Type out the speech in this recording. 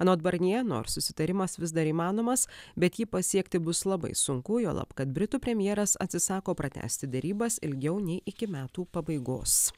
anot barnje nors susitarimas vis dar įmanomas bet jį pasiekti bus labai sunku juolab kad britų premjeras atsisako pratęsti derybas ilgiau nei iki metų pabaigos